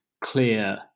clear